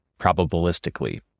probabilistically